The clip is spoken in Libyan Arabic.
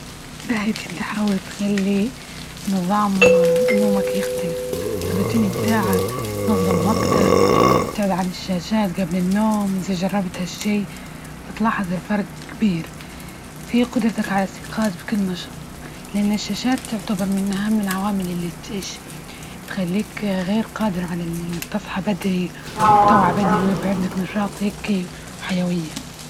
باهي إنت تحاول تخلي نظام نومك يختلف الروتين متاعك، نظم وقتك، وأبتعد عن الشاشات جبل النوم، إذا جربت ها الشي بتلاحظ الفرج كبير في قدرتك على الاستيقاظ بكل نشاط، لأن الشاشات تعتبر من أهم العوامل إللي تيش تخليك غير قادر على إنك تصحى بدرى، وتقع بدرى ويب عندك نشاط هيكى وحيوية.